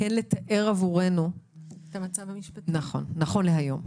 כן לתאר בפנינו את המצב המשפטי נכון להיום?